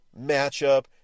matchup